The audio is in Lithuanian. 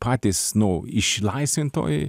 patys nu išlaisvintojai